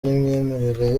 n’imyemerere